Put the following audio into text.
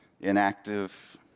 inactive